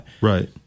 Right